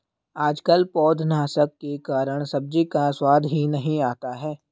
आजकल पौधनाशक के कारण सब्जी का स्वाद ही नहीं आता है